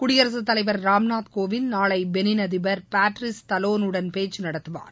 குடியரசுத் தலைவர் ராம்நாத் கோவிந்த் நாளை பெனின் அதிபர் பேட்ரிஸ் தாலோனுடன் பேச்சு நடத்துவார்